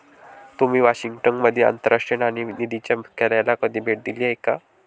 तुम्ही वॉशिंग्टन मधील आंतरराष्ट्रीय नाणेनिधीच्या मुख्यालयाला कधी भेट दिली आहे का?